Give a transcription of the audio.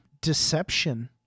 Deception